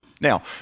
Now